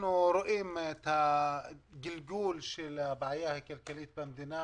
אנחנו רואים את הגלגול של הבעיה הכלכלית במדינה.